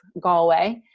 Galway